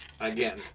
Again